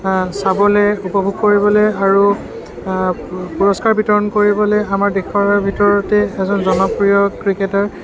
চাবলৈ উপভোগ কৰিবলৈ আৰু পুৰস্কাৰ বিতৰণ কৰিবলৈ আমাৰ দেশৰ ভিতৰতে এজন জনপ্ৰিয় ক্ৰিকেটাৰ